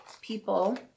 people